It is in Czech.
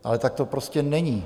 Ale tak to prostě není.